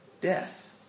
Death